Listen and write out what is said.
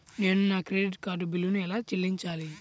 నేను నా credit card బిల్లును ఎలా చెల్లించాలీ?